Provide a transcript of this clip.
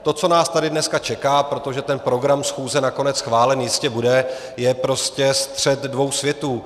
To, co nás tady dnes čeká, protože ten program schůze nakonec schválený jistě bude, je prostě střet dvou světů.